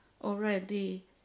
already